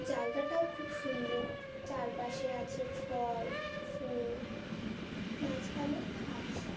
জায়গাটাও খুব সুন্দর চারপাশে আছে ফল ফুল মাঝখানে পাখি